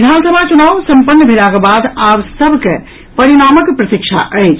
विधानसभा चुनाव सम्पन्न भेलाक बाद आब सभ के परिणामक प्रतीक्षा अछि